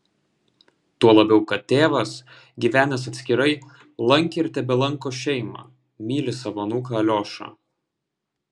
tuo labiau kad tėvas gyvenęs atskirai lankė ir tebelanko šeimą myli savo anūką aliošą